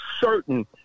certain